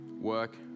work